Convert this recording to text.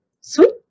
sweet